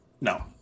no